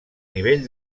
nivell